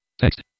Text